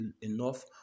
enough